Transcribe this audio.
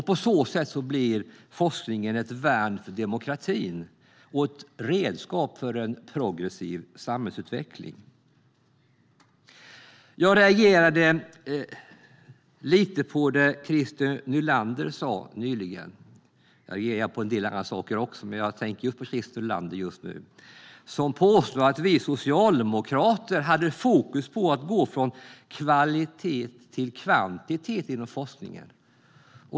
På så sätt blir forskningen ett värn för demokratin och ett redskap för en progressiv samhällsutveckling. Jag reagerade lite på det Christer Nylander sa nyss. Jag reagerade också på vad en del andra sa, men jag tänker på Christer Nylander just nu. Han påstod att vi socialdemokrater har fokus på att gå från kvalitet till kvantitet inom forskningen.